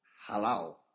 Hello